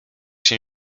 się